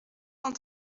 cent